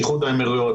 איחוד האמירויות,